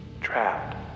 trapped